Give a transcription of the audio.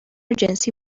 جنسی